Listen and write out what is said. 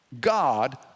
God